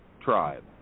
tribe